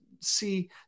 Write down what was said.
see